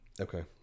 Okay